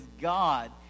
God